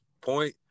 point